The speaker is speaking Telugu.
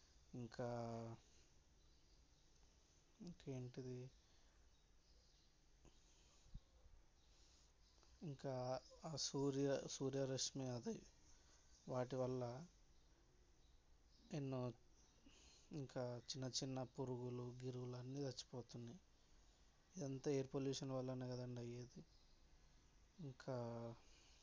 ఇంకా ఇంకా ఏంటిది ఇంకా ఆ సూర్య సూర్య రశ్మి అయితే వాటి వల్ల ఎన్నో ఇంకా చిన్న చిన్న పురుగులు గిరుగులు అవన్నీ చచ్చిపోతున్నయి ఇదంతా ఎయిర్ పొల్యూషన్ వల్లనే కదండీ అయ్యేది ఇంకా